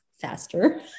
faster